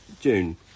June